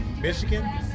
Michigan